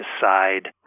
decide